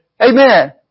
Amen